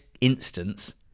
instance